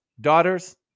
daughters